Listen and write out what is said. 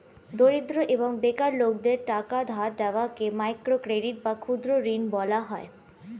দরিদ্র এবং বেকার লোকদের টাকা ধার দেওয়াকে মাইক্রো ক্রেডিট বা ক্ষুদ্র ঋণ বলা হয়